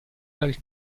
dal